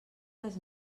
les